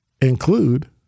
include